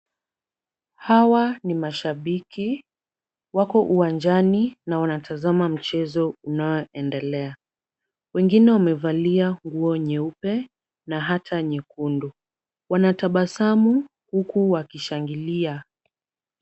Hawa ni mashabiki, wako uwanjani na wanatazama mchezo unaoendelea. Wengine wamevalia nguo nyeupe na hata nyekundu.. Wanatabasamu huku wakishangilia.